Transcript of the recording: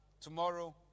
tomorrow